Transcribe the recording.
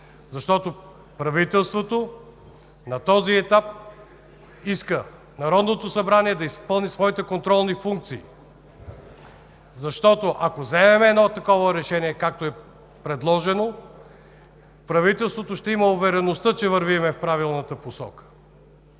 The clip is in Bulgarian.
защото правителството иска на този етап Народното събрание да изпълни своите контролни функции. Ако вземем решение, както е предложено, правителството ще има увереността, че вървим в правилната посока.